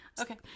Okay